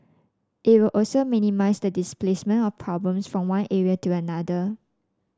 it will also minimise the displacement of problems from one area to another